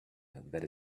that